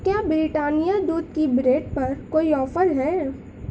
کیا بریٹانیہ دودھ کی بریڈ پر کوئی آفر ہے